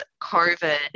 COVID